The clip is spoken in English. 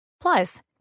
Plus